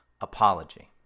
apology